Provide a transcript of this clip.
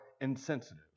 insensitive